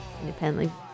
Independently